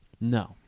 No